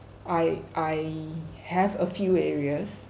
I I have a few areas